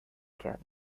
canne